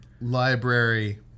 Library